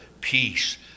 peace